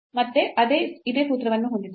ಮತ್ತೆ ಇದೇ ಸೂತ್ರವನ್ನು ಹೊಂದಿದ್ದೇವೆ